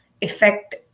effect